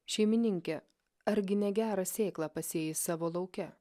šeimininke argi negerą sėklą pasėjai savo lauke